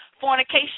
fornication